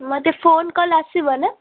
ମତେ phone call ଆସିବ ନା